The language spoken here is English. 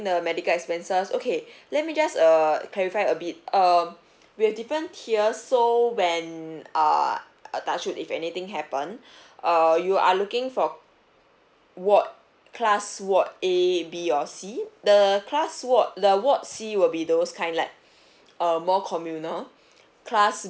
the medical expenses okay let me just err clarified a bit err we have different tier so when err uh touch wood if anything happen err you are looking for ward class ward A B or C the class ward the ward C will be those kind like uh more communal class